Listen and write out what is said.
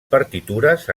partitures